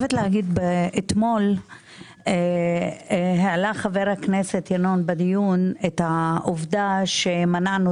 אתמול העלה חבר הכנסת ינון בדיון את העובדה שמנענו